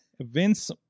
Vince